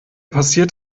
passiert